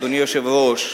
אדוני היושב-ראש,